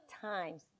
times